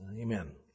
Amen